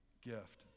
gift